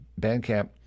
Bandcamp